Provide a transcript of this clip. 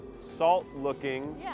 salt-looking